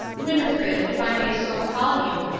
winnifred, if i may so call you,